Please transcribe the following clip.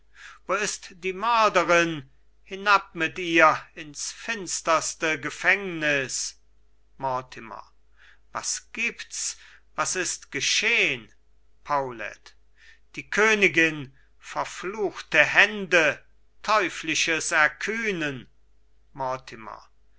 wo ist die mörderin hinab mit ihr ins finsterste gefängnis mortimer was gibt's was ist geschehn paulet die königin verfluchte hände teuflisches erkühnen